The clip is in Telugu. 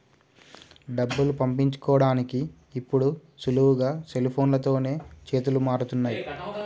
డబ్బులు పంపించుకోడానికి ఇప్పుడు సులువుగా సెల్ఫోన్లతోనే చేతులు మారుతున్నయ్